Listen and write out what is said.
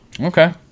okay